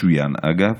מצוין, אגב,